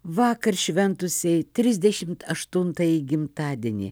vakar šventusiai trisdešimt aštuntąjį gimtadienį